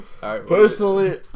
Personally